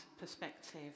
perspective